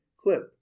clip